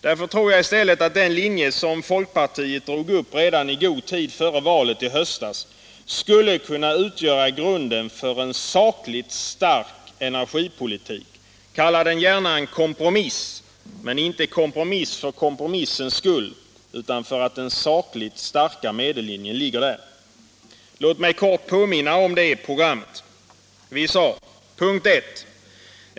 Jag tror i stället att den linje som folkpartiet drog upp redan i god tid före valet i höstas skulle kunna utgöra grunden för en sakligt stark energipolitik — kalla den gärna en kompromiss, men inte en kompromiss för kompromissens skull utan för att den sakligt starka medellinjen ligger där. Låt mig kort påminna om det programmet. Vi sade: ”1.